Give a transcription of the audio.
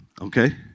Okay